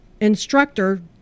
instructor